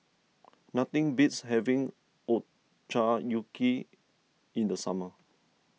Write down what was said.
nothing beats having Ochazuke in the summer